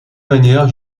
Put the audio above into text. manière